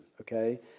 okay